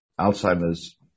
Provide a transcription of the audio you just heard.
Alzheimer's